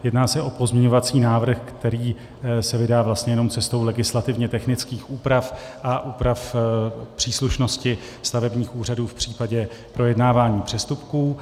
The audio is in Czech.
Jedná se o pozměňovací návrh, který se vydá vlastně jen cestou legislativně technických úprav a úprav příslušnosti stavebních úřadů v případě projednávání přestupků.